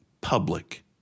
public